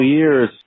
years